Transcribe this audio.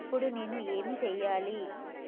ఇప్పుడు నేను ఏమి సెయ్యాలి?